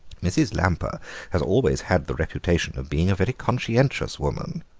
mrs. lamper has always had the reputation of being a very conscientious woman.